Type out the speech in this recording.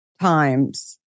times